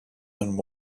and